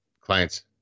clients